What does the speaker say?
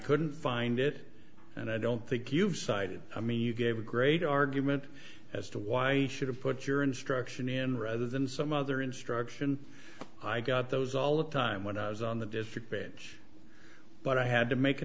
couldn't find it and i don't think you've cited i mean you gave a great argument as to why i should have put your instruction in rather than some other instruction i got those all the time when i was on the district bench but i had to make a